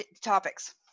topics